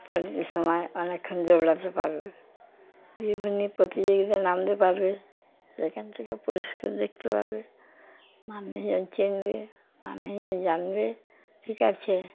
প্রতিযোগিতার সময় অনেকক্ষণ দৌড়াতে পারবে বিভিন্ন প্রতিযোগিতায় নামতে পারবে সেখান থেকে পরিষ্কার দেখতে পারবে মানুষজন চিনবে মানুষজন জানবে ঠিক আছে